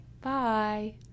bye